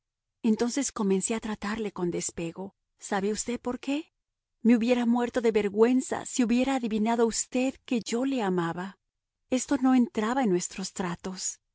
entonces comencé a tratarle con despego sabe usted por qué me hubiera muerto de vergüenza si hubiera adivinado usted que yo le amaba esto no entraba en nuestros tratos